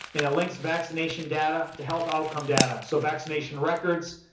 and it links vaccination data to health outcome data, so vaccination records,